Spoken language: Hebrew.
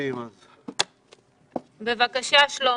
בבקשה.